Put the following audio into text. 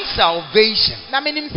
salvation